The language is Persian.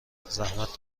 زحمت